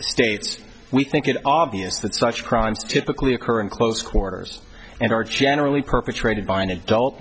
states we think it obvious that such crimes typically occur in close quarters and are generally perpetrated by an adult